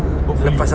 hopefully